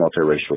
multiracial